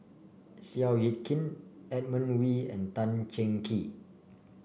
Seow Yit Kin Edmund Wee and Tan Cheng Kee